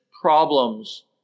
problems